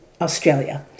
Australia